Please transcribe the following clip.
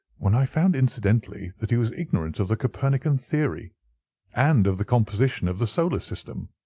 when i found incidentally that he was ignorant of the copernican theory and of the composition of the solar system.